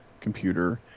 computer